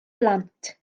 blant